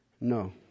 No